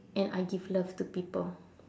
and I give love to people